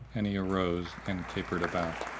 and he arose, and capered about,